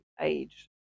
age